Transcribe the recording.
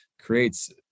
creates